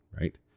right